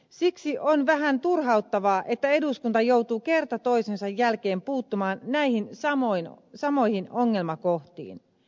siksi on vähän turhauttavaa että eduskunta joutuu kerta toisensa jälkeen puuttumaan näihin samoihin ongelmakohtiin